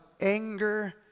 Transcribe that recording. anger